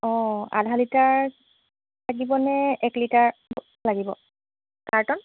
অঁ আধা লিটাৰ লাগিব নে এক লিটাৰ লাগিব কাৰ্টন